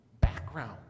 background